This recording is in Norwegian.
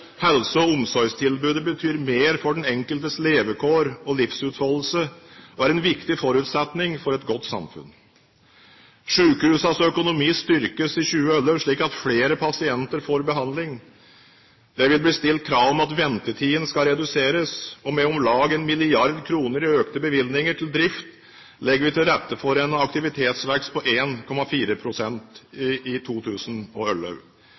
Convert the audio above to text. Helse- og omsorgstilbudet betyr mye for den enkeltes levekår og livsutfoldelse og er en viktig forutsetning for et godt samfunn. Sykehusenes økonomi styrkes i 2011, slik at flere pasienter får behandling. Det vil bli stilt krav om at ventetidene skal reduseres. Med om lag 1 mrd. kr til økte bevilgninger til drift legger vi til rette for en aktivitetsvekst på 1,4 pst. i 2011. I